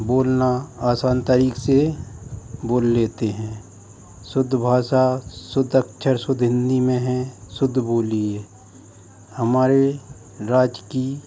बोलना आसान तरीक़े से बोल लेते हैं शुद्ध भाषा शुद्ध अक्षर शुद्ध हिन्दी में हैं शुद्ध बोली है हमारे राज्य की